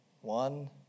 One